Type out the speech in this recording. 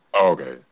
Okay